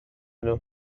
nhw